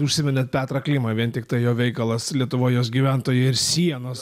užsiminėt petrą klimą vien tiktai jo veikalas lietuva jos gyventojai ir sienos